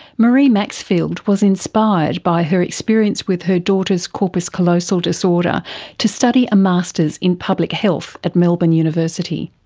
maree maxfield was inspired by her experience with her daughter's corpus callosal disorder to study a masters in public health at melbourne university.